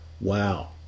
Wow